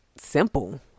simple